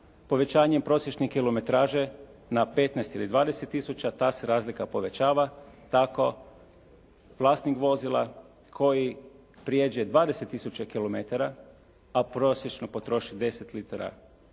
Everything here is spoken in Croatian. povećanjem prosječne kilometraže na 15 ili 20 tisuća ta se razlika povećava tako vlasnik vozila koji prijeđe 20 tisuća kilometara, a prosječno potroši 10 litara